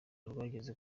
rwageze